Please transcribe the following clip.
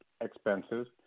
expenses